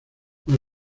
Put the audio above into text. más